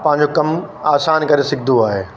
पंहिंजो कम आसान करे सघंदो आहे